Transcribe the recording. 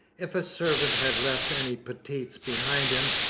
if a servant had left any petits behind him,